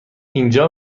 اینجا